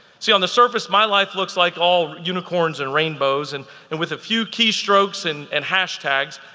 see on the surface, my life looks like all unicorns and rainbows, and and with a few keystrokes and and hashtags,